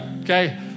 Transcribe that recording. Okay